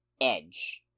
edge